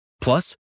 Plus